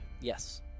Yes